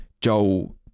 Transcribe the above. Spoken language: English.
Joel